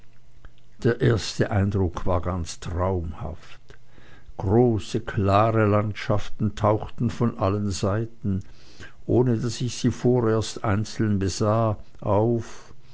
der erste eindruck war ganz traumhaft große klare landschaften tauchten von allen seiten ohne daß ich sie vorerst einzeln besah auf